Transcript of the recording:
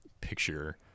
picture